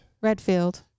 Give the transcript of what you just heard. Redfield